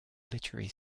literary